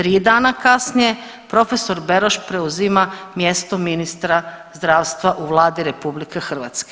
3 dana kasnije profesor Beroš preuzima mjesto ministra zdravstva u Vladi RH.